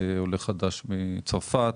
עולה חדש מצרפת.